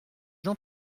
jean